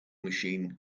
machine